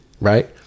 right